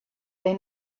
they